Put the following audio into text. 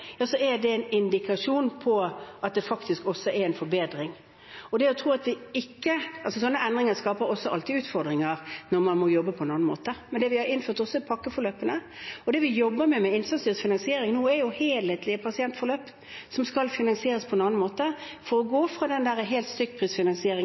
er det en indikasjon på at det faktisk også er en forbedring. Slike endringer skaper også alltid utfordringer, når man må jobbe på en annen måte. Vi har også innført pakkeforløpene, og det vi jobber med innen innsatsstyrt finansiering nå, er helhetlige pasientforløp, som skal finansieres på en annen måte. Å gå fra stykkprisfinansiering til å